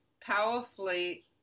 powerfully